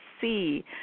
see